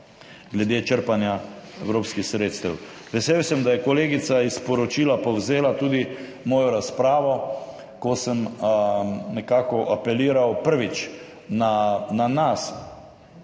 glede črpanja evropskih sredstev. Vesel sem, da je kolegica iz poročila povzela tudi mojo razpravo, ko sem nekako apeliral, prvič, na nas